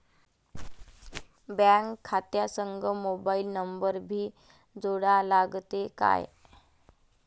Bank खात्या संग mobile number भी जोडा लागते काय?